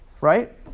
Right